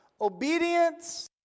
obedience